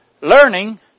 learning